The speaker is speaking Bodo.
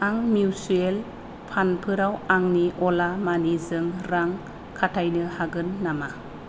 आं मिउसुएल फान्डफोराव आंनि अला मानिजों रां खाथायनो हागोन नामा